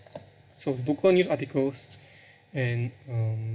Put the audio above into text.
so local news articles and um